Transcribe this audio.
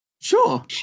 Sure